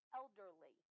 elderly